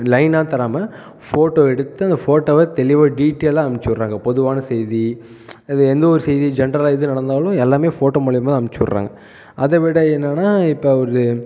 லைன்னாக தராமல் ஃபோட்டோ எடுத்து அந்த ஃபோட்டோவை தெளிவாக டீடைல்லாக அனுப்பிச்சு விடுறாங்க பொதுவான செய்தி எந்த ஒரு செய்தி ஜெனரலா எது நடந்தாலும் எல்லாமே ஃபோட்டோ மூலயமாதா அனுப்பிச்சு விடுறாங்க அதை விட என்னனால் இப்போ ஒரு